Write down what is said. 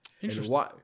Interesting